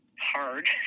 hard